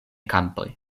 kampoj